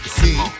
see